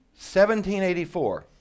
1784